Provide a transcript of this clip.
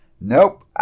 Nope